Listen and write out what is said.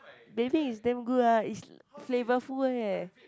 vaping is damn good ah it's flavourful eh